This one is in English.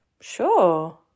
sure